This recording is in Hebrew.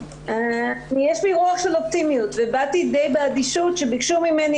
יש בי רוח של אופטימיות ובאתי די באדישות שביקשו ממני,